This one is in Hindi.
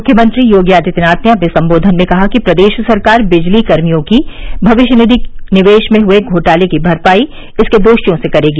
मुख्यमंत्री योगी आदित्यनाथ ने अपने संबोधन में कहा कि प्रदेश सरकार विजलीकर्मियों की भविष्य निधि के निवेश में हुए घोटाले की भरपाई इसके दोषियों से करेगी